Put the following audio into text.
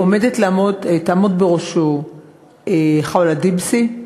תעמוד בראשו ח'אולה דיבסי,